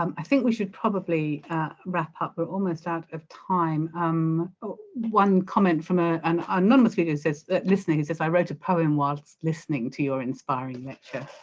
um i think we should probably wrap up we're almost out of time um one comment from ah an anonymous reader listening who says i wrote a poem whilst listening to your inspiring lecture.